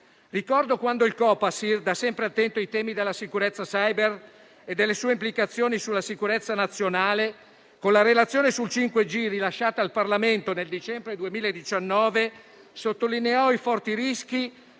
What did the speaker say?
Ricordo quando il Copasir, da sempre attento ai temi della sicurezza *cyber* e delle sue implicazioni sulla sicurezza nazionale, con la relazione sul 5G rilasciata al Parlamento nel dicembre 2019 sottolineò i forti rischi